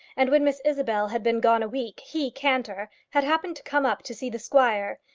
and when miss isabel had been gone a week, he, cantor, had happened to come up to see the squire,